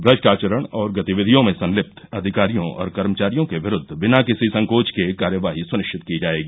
भ्रष्ट आचरण और गतिविधियों में संलिप्त अधिकारियों और कर्मचारियों के विरूद्व बिना किसी संकोच के कार्यवाही सुनिश्चित की जायेगी